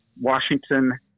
Washington